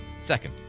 second